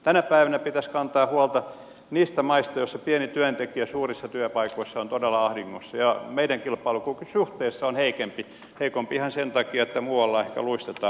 tänä päivänä pitäisi kantaa huolta niistä maista joissa pieni työntekijä suurissa työpaikoissa on todella ahdingossa ja meidän kilpailukykymme suhteessa on heikompi ihan sen takia että muualla ehkä luistetaan